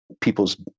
people's